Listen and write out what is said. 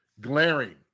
glaring